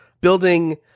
building